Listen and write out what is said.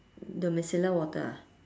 the micellar water ah